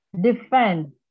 defend